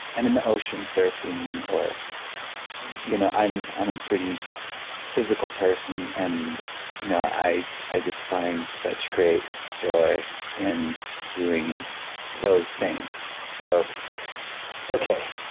and in the ocean surfing. you know i'm i'm a pretty physical person and you know i i just find such great joy in doing those things. so okay.